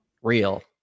real